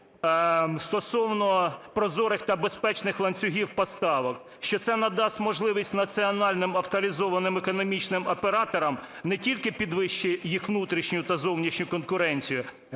Стосовно прозорих та безпечних ланцюгів поставок, що це надасть можливість національним авторизованим економічним операторам не тільки підвищити їх внутрішню та зовнішню конкуренцію,